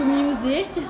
music